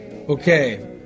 Okay